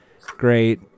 great